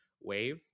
wave